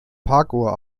parkuhr